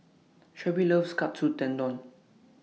Shelby loves Katsu Tendon